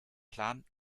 plan